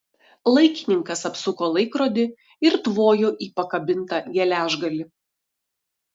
laikininkas apsuko laikrodį ir tvojo į pakabintą geležgalį